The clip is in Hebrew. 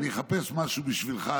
אני אחפש משהו בשבילך,